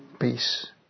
peace